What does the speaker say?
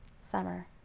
summer